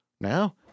Now